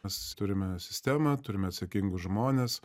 mes turime sistemą turime atsakingus žmones